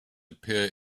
appear